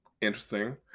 interesting